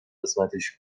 قسمتش